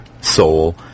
soul